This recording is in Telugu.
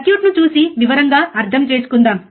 సర్క్యూట్ను చూసి వివరంగా అర్థం చేసుకుందాం